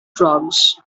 drugs